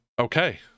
okay